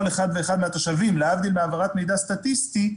אחד ואחד מהתושבים להבדיל מהעברת מידע סטטיסטי,